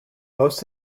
most